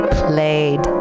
played